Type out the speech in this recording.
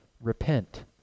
repent